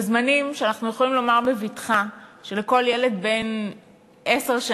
בזמנים שאנחנו יכולים לומר בבטחה שלכל ילד בן 10,